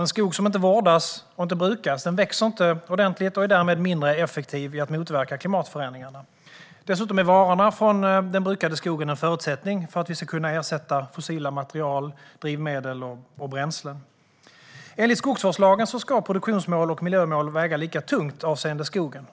En skog som inte vårdas och inte brukas växer inte ordentligt och är därmed mindre effektiv när det gäller att motverka klimatförändringarna. Dessutom är varorna från den brukade skogen en förutsättning för att vi ska kunna ersätta fossila material, drivmedel och bränslen. Enligt skogsvårdslagen ska produktionsmål och miljömål väga lika tungt avseende skogen.